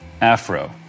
Afro